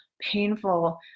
painful